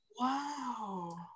Wow